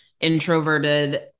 introverted